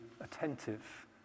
attentive